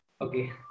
Okay